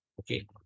okay